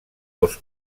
dos